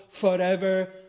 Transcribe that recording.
forever